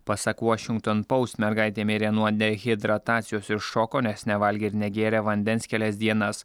pasak vuošington poust mergaitė mirė nuo dehidratacijos ir šoko nes nevalgė ir negėrė vandens kelias dienas